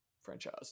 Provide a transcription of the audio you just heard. franchise